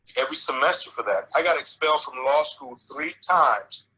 every semester for that. i got expelled from the law school three times